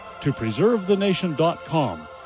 topreservethenation.com